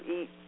eat